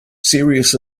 serious